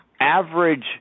average